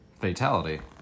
fatality